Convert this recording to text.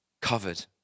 Covered